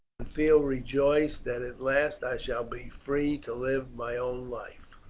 and feel rejoiced that at last i shall be free to live my own life.